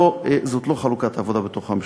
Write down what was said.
זאת לא חלוקת העבודה בתוך הממשלה.